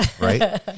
right